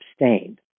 abstained